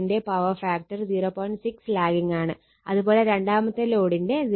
6 lagging ആണ് അതുപോലെ രണ്ടാമത്തെ ലോഡിന്റെ 0